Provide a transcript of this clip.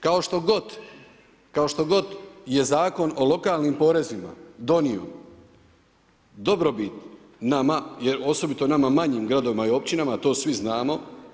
Kao što god je zakon o lokalnim porezima donio dobrobit nama, jer osobito nama manjim gradovima i općinama, a to svi znamo.